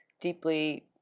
deeply